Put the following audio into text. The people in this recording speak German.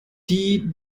die